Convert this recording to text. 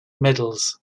medals